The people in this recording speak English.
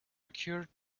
occurred